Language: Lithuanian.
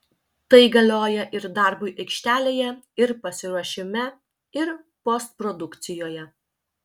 tai galioja ir darbui aikštelėje ir pasiruošime ir postprodukcijoje